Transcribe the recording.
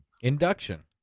induction